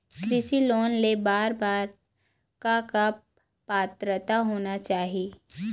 कृषि लोन ले बर बर का का पात्रता होना चाही?